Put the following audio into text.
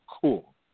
cool